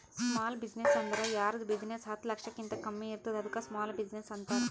small business ಅಂದುರ್ ಯಾರ್ದ್ business ಹತ್ತ ಲಕ್ಷಕಿಂತಾ ಕಮ್ಮಿ ಇರ್ತುದ್ ಅದ್ದುಕ ಸ್ಮಾಲ್ ಬಿಜಿನೆಸ್ ಅಂತಾರ